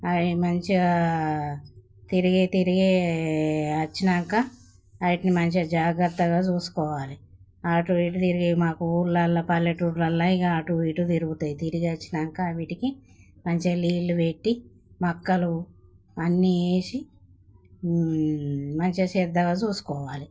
అవి మంచిగా తిరిగీ తిరిగీ వచ్చినంక వాటిని మంచిగా జాగ్రత్తగా చూసుకోవాలి అటు ఇటు తిరిగీ మాకు ఊర్లల్లో పల్లెటూర్లల్లో ఇంకా అటు ఇటు తిరుగుతాయి తిరిగి వచ్చినంక వీటికి మంచిగా నీళ్ళు పెట్టి మక్కలు అన్నీ వేసి మంచిగా శ్రద్ధగా చూసుకోవాలి